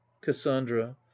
cassandra